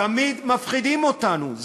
תמיד מפחידים אותנו.